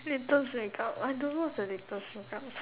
latest makeup I don't know what's the latest makeup